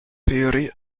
theory